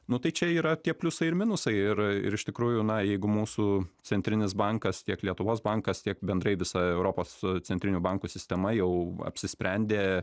nu tai čia yra tie pliusai ir minusai ir ir iš tikrųjų na jeigu mūsų centrinis bankas tiek lietuvos bankas tiek bendrai visa europos centrinių bankų sistema jau apsisprendė